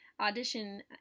audition